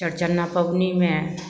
चौरचन पबनीमे